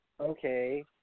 okay